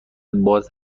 باز